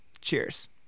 Cheers